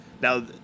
Now